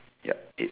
yup eight